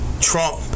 Trump